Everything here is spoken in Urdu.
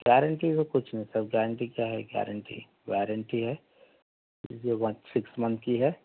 گارنٹی کا کچھ نہیں ہوتا گارنٹی کیا ہے گارنٹی وارنٹی ہے یہ جو بس سکس منتھ کی ہیں